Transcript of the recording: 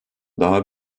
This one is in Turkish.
daha